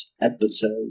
episode